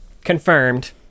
Confirmed